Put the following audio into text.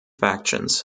factions